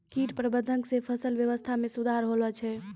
कीट प्रबंधक से फसल वेवस्था मे सुधार होलो छै